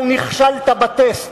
אבל נכשלת בטסט.